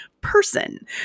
person